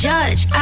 judge